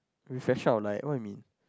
we flash out light what you mean